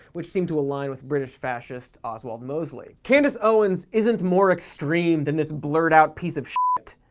which seem to align with british fascist oswald mosley. candace owens isn't more extreme than this blurred out piece of sh ah but